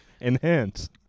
enhance